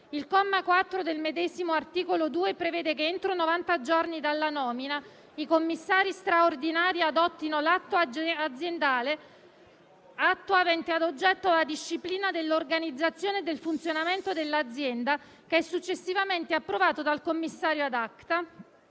Il comma 4 del medesimo articolo 2 prevede che entro novanta giorni dalla nomina, i commissari straordinari adottino l'atto aziendale avente ad oggetto la disciplina dell'organizzazione e del funzionamento dell'azienda, che è successivamente approvato dal commissario *ad acta*,